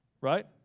right